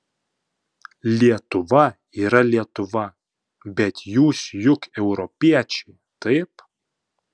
lietuva yra lietuva bet jūs juk europiečiai taip